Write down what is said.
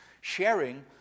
sharing